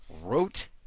wrote